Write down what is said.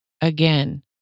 again